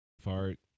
fart